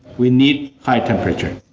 we need high temperature.